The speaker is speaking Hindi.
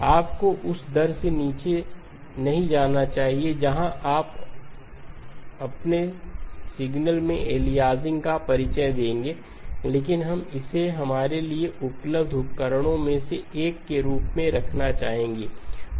आपको उस दर से नीचे नहीं जाना चाहिए जहां आप अपने सिग्नल में एलियासिंग का परिचय देंगे लेकिन हम इसे हमारे लिए उपलब्ध उपकरणों में से एक के रूप में रखना चाहेंगे